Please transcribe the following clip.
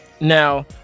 Now